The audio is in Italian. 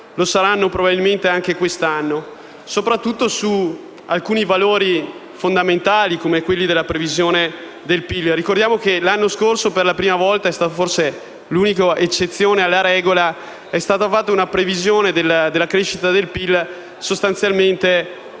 lo saranno probabilmente anche quest'anno, soprattutto su alcuni valori fondamentali, come la previsione del PIL. Ricordiamo che l'anno scorso per la prima volta - è stata forse l'unica eccezione alla regola - è stata fatta una previsione della crescita del PIL sostanzialmente